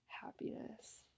happiness